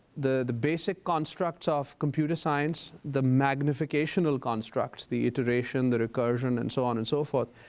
the the basic constructs of computer science the magnificational constructs, the iteration, the recursion and so on and so forth,